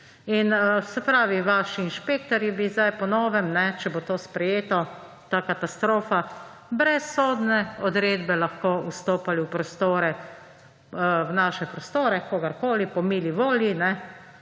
In se pravi, da vaši inšpektorji bi zdaj po novem, če bo to sprejeto, ta katastrofa, brez sodne odredbe lahko vstopali v naše prostore, kogarkoli, brez sodne